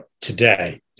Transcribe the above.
today